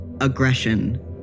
aggression